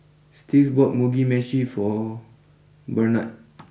Steve bought Mugi Meshi for Barnard